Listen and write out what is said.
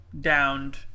downed